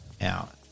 out